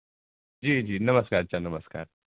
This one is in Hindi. जी जी नमस्कार अच्छा नमस्कार